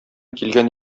килгән